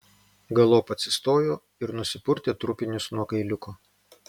galop atsistojo ir nusipurtė trupinius nuo kailiuko